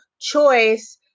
choice